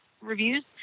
reviews